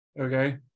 okay